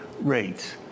rates